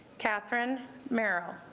catherine mair ah